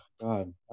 God